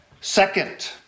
second